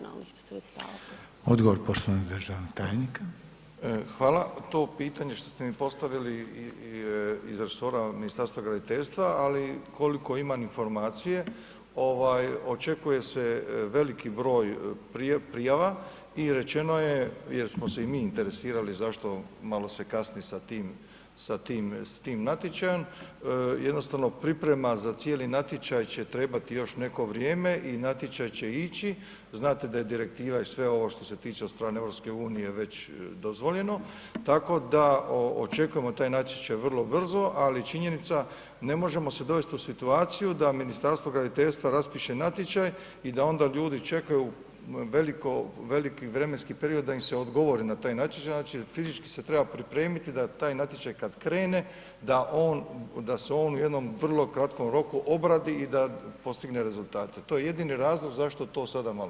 Hvala, to pitanje je što ste mi postavili iz resora Ministarstva graditeljstva ali koliko imam informacije, očekuje se veliki broj prijava i rečeno jer smo se i mi interesirali zašto malo se kasni sa tim natječajem, jednostavno priprema za cijeli natječajem će trebati još neko vrijeme i natječaj će ići, znate da je direktiva i sve ovo što se tiče od strane EU-a već dozvoljeno, tako da očekujemo taj natječaj vrlo brzo ali činjenica, ne možemo se dovest u situaciju da Ministarstvo graditeljstva raspiše natječaj i da onda ljudi očekuju veliki vremenski period da im se odgovori na taj natječaj, znači fizički se treba pripremiti da taj natječaj kad krene, da se on u jednom vrlo kratkom roku obradi i da postigne rezultate, to je jedini razlog zašto to sada malo kasni.